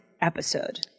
episode